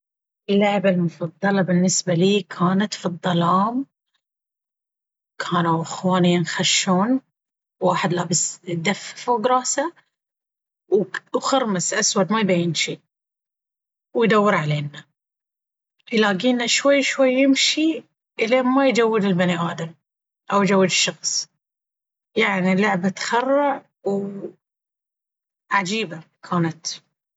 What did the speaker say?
اللعبة المفضلة بالنسبة ليي كانت في الظلام، كانوا أخواني ينخشون، واحد لابس دفة فوق رأسه، وخرمس أسود ما يبين شيء ويدور علينا! يلاقينا شوي شوي يمشي إلين ما يجود البني آدم، أو يجود الشخص! يعني لعبة تخرع وعجيبة كانت.